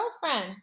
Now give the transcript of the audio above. girlfriend